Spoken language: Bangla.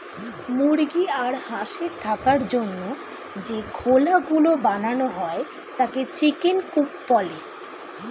মুরগি আর হাঁসের থাকার জন্য যে খোলা গুলো বানানো হয় তাকে চিকেন কূপ বলে